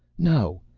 no!